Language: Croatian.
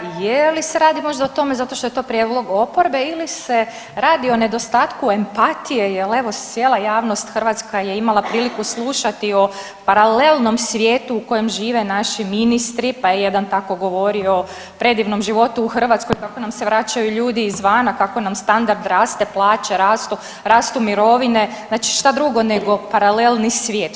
Je li se radi možda o tome zato što je to prijedlog oporbe ili se radi o nedostatku empatije, jer evo, cijela javnost hrvatska je imala priliku slušati o paralelnom svijetu u kojem žive naši ministri pa je jedan tako govorio o predivnom životu u Hrvatskoj, kako nam se vraćaju ljudi izvana, kako nam standard raste, plaće rastu, rastu mirovine, znači šta drugo nego paralelni svijet.